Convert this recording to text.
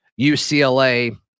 UCLA